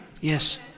Yes